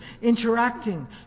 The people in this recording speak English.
interacting